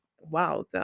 Wow